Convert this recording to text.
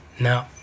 No